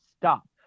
stop